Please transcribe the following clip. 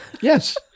Yes